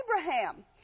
Abraham